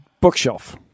bookshelf